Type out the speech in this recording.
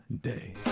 day